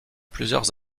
plusieurs